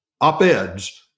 op-eds